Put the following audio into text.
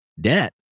debt